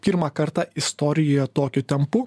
pirmą kartą istorijoje tokiu tempu